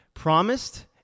Promised